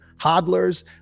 hodlers